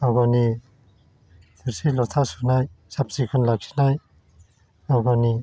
गाव गावनि थुरसि ल'था सुनाय साफ सिखोन लाखिनाय गाव गावनि